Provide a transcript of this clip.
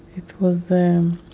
it was,